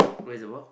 where is the ball